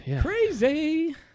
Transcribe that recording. Crazy